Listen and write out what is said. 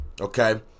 Okay